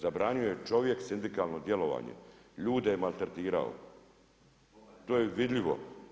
Zabranio je čovjek sindikalno djelovanje, ljude je maltretirao, to je vidljivo.